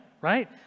Right